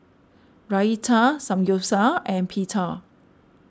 Raita Samgyeopsal and Pita